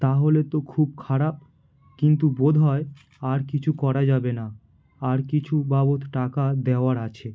তা হলে তো খুব খারাপ কিন্তু বোধহয় আর কিছু করা যাবে না আর কিছু বাবদ টাকা দেওয়ার আছে